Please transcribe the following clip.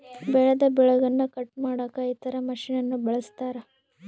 ಬೆಳೆದ ಬೆಳೆಗನ್ನ ಕಟ್ ಮಾಡಕ ಇತರ ಮಷಿನನ್ನು ಬಳಸ್ತಾರ